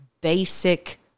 basic